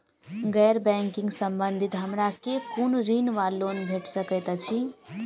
गैर बैंकिंग संबंधित हमरा केँ कुन ऋण वा लोन भेट सकैत अछि?